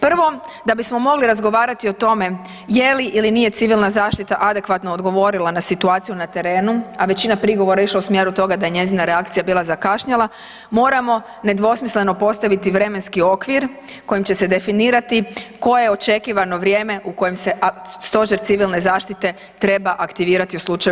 Prvo, da bismo mogli razgovarati o tome je li ili nije civilna zaštita adekvatno odgovorila na situaciju na terenu, a većina prigovora je išla u smjeru toga da je njezina reakcija bila zakašnjela, moramo nedvosmisleno postaviti vremenski okvir kojim će se definirati koje očekivano vrijeme u kojem se stožer civilne zaštite treba aktivirati u slučaju